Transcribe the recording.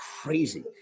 crazy